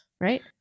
Right